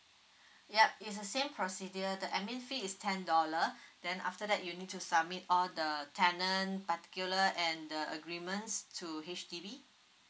yup it's a same procedure the admin fee is ten dollar then after that you need to submit all the tenant particular and the agreements to H_D_B